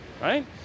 right